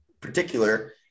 particular